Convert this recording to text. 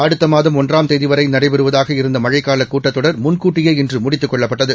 அடுத்த மாதம் ஒன்றாம் தேதி வரை நடைபெறுவதாக இருந்த மழைக்காலக் கூட்டத்தொடர் முன்கூட்டியே இன்று முடித்துக் கொள்ளப்பட்டது